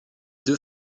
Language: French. deux